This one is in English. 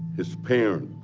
his parents,